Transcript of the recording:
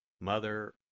Mother